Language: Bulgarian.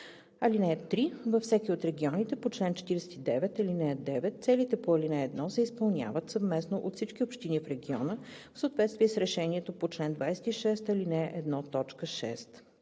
(3) Във всеки от регионите по чл. 49, ал. 9 целите по ал. 1 се изпълняват съвместно от всички общини в региона, в съответствие с решението по чл. 26, ал. 1, т. 6.